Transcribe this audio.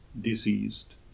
diseased